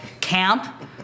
camp